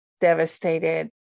devastated